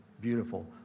beautiful